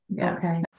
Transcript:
Okay